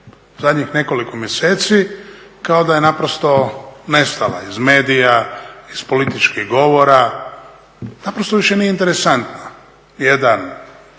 zadnjih nekoliko mjeseci kao da je naprosto nestala iz medija, iz političkih govora, naprosto više nije interesantna. Jedan